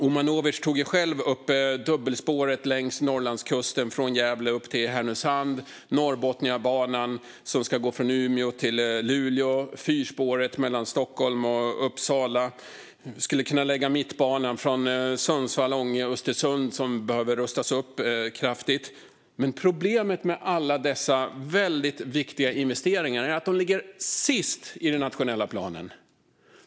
Omanovic tog själv upp frågan om dubbelspåret längs Norrlandskusten från Gävle upp till Härnösand, Norrbotniabanan som ska gå från Umeå till Luleå och fyrspåret mellan Stockholm och Uppsala. Man skulle kunna lägga till Mittbanan från Sundsvall, Ånge och Östersund, som behöver rustas upp kraftigt. Problemet med alla dessa väldigt viktiga investeringar är att de ligger sist i den nationella planen.